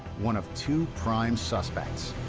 one of two prime suspects.